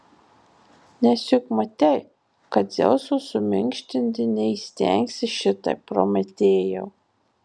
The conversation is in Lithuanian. nes juk matei kad dzeuso suminkštinti neįstengsi šitaip prometėjau